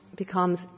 Becomes